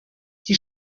die